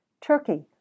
Turkey